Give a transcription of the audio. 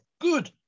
good